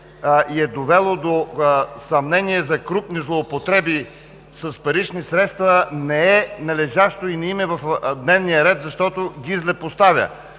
и е довело до съмнение за крупни злоупотреби с парични средства, не е належащо и не им е в дневния ред, защото ги злепоставя.